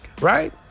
right